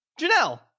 Janelle